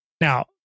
Now